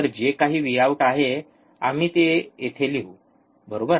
तर जे काही व्हीआऊट आहे ते आम्ही इथे लिहू बरोबर